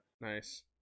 nice